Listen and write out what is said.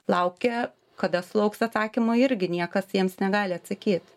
laukia kada sulauks atsakymo irgi niekas jiems negali atsakyt